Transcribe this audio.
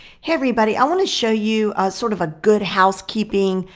hey everybody i want to show you sort of a good, housekeeping,